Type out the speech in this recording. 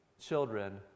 children